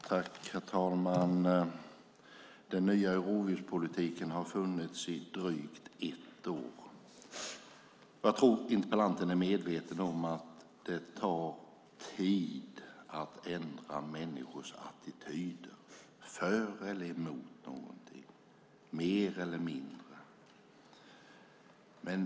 Herr talman! Den nya rovdjurspolitiken har funnits i drygt ett år. Jag tror att interpellanten är medveten om att det tar tid att ändra människors attityder för eller emot någonting, för mer eller mindre av någonting.